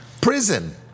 Prison